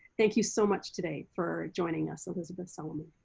thank you so much today, for joining us. elizabeth solomon.